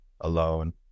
alone